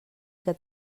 que